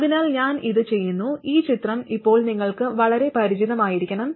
അതിനാൽ ഞാൻ ഇത് ചെയ്യുന്നു ഈ ചിത്രം ഇപ്പോൾ നിങ്ങൾക്ക് വളരെ പരിചിതമായിരിക്കണം